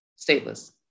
stateless